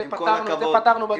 את זה פטרנו בדרך הזו,